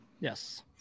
Yes